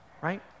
right